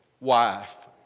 wife